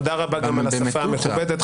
תודה רבה גם על השפה המכובדת.